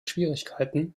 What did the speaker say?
schwierigkeiten